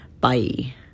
Bye